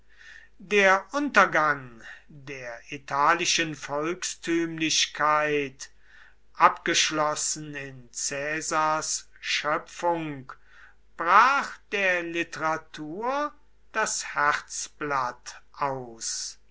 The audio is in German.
der untergang der italischen volkstümlichkeit abgeschlossen in caesars schöpfung brach der literatur das herzblatt aus